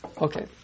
Okay